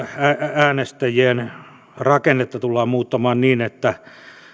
äänestäjien rakennetta tullaan muuttamaan niin että